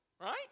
right